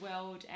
world